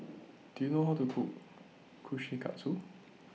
Do YOU know How to Cook Kushikatsu